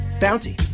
Bounty